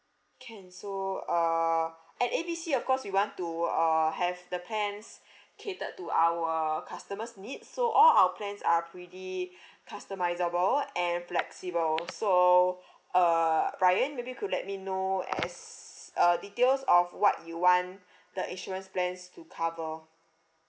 can so uh at A B C of course we want to uh have the plans catered to our customer's needs so all our plans are pretty customisable and flexible so uh ryan maybe you could let me know as uh details of what you want the insurance plans to cover